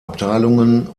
abteilungen